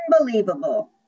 unbelievable